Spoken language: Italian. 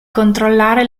controllare